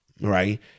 right